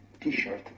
t-shirt